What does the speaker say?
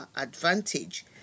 advantage